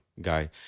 guy